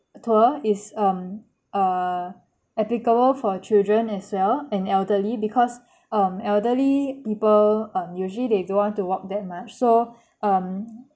tour is um uh applicable for children as well and elderly because um elderly people um usually they don't want to walk that much so um